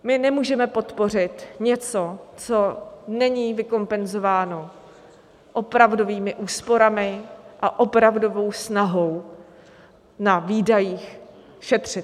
My nemůžeme podpořit něco, co není vykompenzováno opravdovými úsporami a opravdovou snahou na výdajích šetřit.